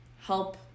help